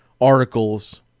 articles